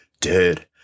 dude